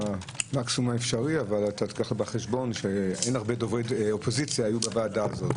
אבל קח בחשבון שאין הרבה דוברי אופוזיציה בוועדה הזאת.